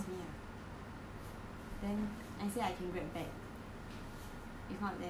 then I say I can grab back if not then 太麻烦 for 你吗